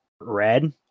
Red